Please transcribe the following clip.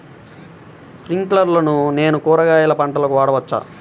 స్ప్రింక్లర్లను నేను కూరగాయల పంటలకు వాడవచ్చా?